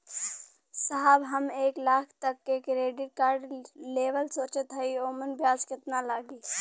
साहब हम एक लाख तक क क्रेडिट कार्ड लेवल सोचत हई ओमन ब्याज कितना लागि?